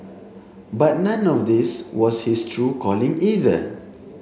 but none of this was his true calling either